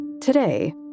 Today